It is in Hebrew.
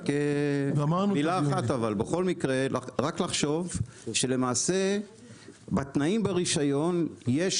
מילה אחת רק לחשוב שבתנאים ברשיון יש